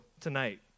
tonight